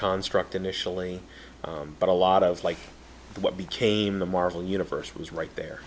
construct initially but a lot of like what became the marvel universe was right there